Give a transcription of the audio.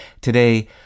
Today